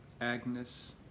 Agnes